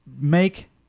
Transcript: make